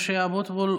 משה אבוטבול,